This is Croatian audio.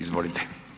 Izvolite.